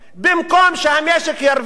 במקום שהמשק ירוויח